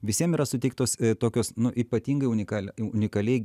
visiem yra suteiktos tokios nu ypatingai unikal unikaliai